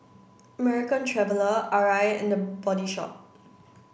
American Traveller Arai and The Body Shop